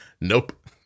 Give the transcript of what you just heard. nope